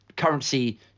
Currency